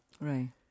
Right